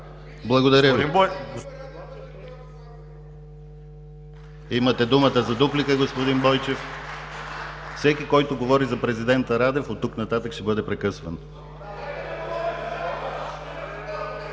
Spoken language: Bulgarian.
Имате думата за дуплика, господин Бойчев. Всеки, който говори за президента Радев, от тук нататък ще бъде прекъсван.